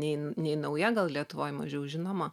nei nei nauja gal lietuvoje mažiau žinoma